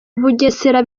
bugesera